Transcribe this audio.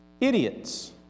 Idiots